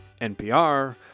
NPR